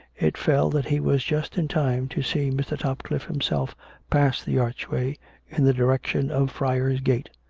it fell that he was just in time to see mr. topcliffe himself pass the archway in the direction of friar's gate,